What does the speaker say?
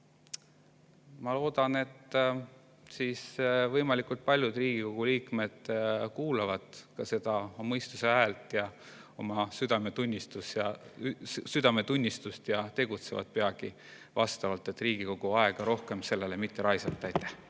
Ma loodan, et võimalikult paljud Riigikogu liikmed kuulavad mõistuse häält ja oma südametunnistust ja tegutsevad peagi vastavalt, et Riigikogu aega sellele rohkem mitte raisata.